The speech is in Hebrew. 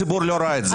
הציבור לא ראה את זה.